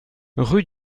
rue